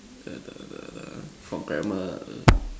err the the the for grammar